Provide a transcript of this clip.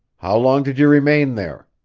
how long did you remain there?